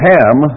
Ham